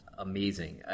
Amazing